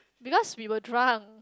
because we were drunk